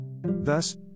Thus